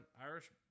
Irish